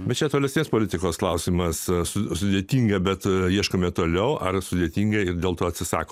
bet čia tolesnės politikos klausimas su sudėtinga bet ieškome toliau ar sudėtinga ir dėl to atsisako